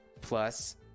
plus